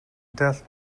death